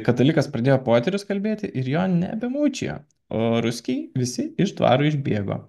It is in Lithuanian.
katalikas pradėjo poterius kalbėti ir jo nebemūčijo o ruskiai visi iš dvaro išbėgo